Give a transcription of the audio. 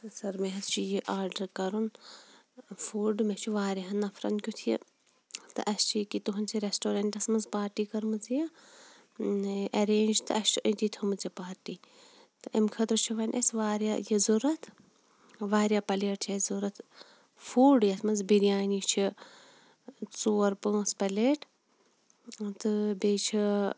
سَر مےٚ حظ چھُ یہِ آرڈَر کَرُن فُڈ مےٚ چھُ واریَہَن نَفرَن کِیُتھ یہِ تہٕ اَسہِ چھِ ییٚکیاہ تُہِنٛدسٕے رسٹورنٹَس مَنٛز پاٹی کٔرمٕژ ییٚتہِ ایٚرینٛج تہٕ اَسہِ چھُ أتی تھٲومٕژ یہِ پاٹی تہٕ امہِ خٲطرٕ چھُ وۄنۍ اَسہِ واریاہ یہِ ضورَتھ واریاہ پَلیٹ چھِ اَسہِ ضوٚرَتھ فُڈ یَتھ مَنٛز بِریانی چھِ ژور پانٛژھ پَلیٹ تہٕ بیٚیہِ چھِ